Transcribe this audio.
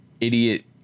idiot